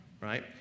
right